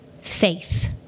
faith